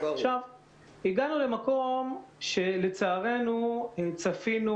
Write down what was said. הגענו למקום שלצערנו צפינו,